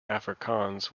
afrikaans